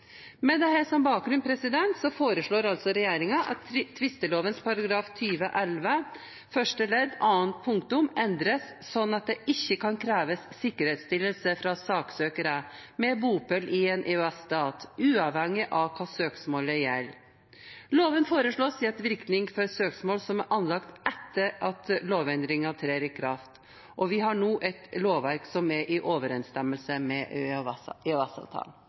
foreslår regjeringen at tvisteloven § 20-11 første ledd annet punktum endres, slik at det ikke kan kreves sikkerhetsstillelse fra saksøkere med bopel i en EØS-stat, uavhengig av hva søksmålet gjelder. Loven foreslås gitt virkning for søksmål som er anlagt etter at lovendringen trer i kraft. Vi har nå et lovverk som er i overensstemmelse med